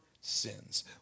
sins